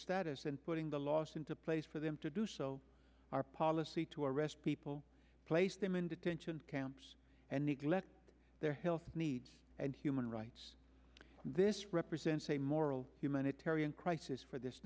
status and putting the laws into place for them to do so our policy to arrest people place them in detention camps and neglect their health needs and human rights this represents a moral humanitarian crisis for this